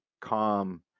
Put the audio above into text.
calm